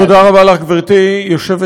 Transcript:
תודה רבה לך, גברתי היושבת-ראש.